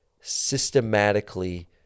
systematically